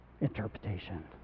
interpretation